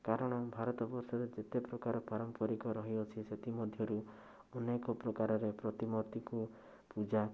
କାରଣ ଭାରତବର୍ଷରେ ଯେତେ ପ୍ରକାର ପାରମ୍ପରିକ ରହିଅଛି ସେଥିମଧ୍ୟରୁ ଅନେକ ପ୍ରକାରରେ ପ୍ରତିମୂର୍ତ୍ତିକୁ ପୂଜା